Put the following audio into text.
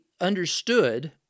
understood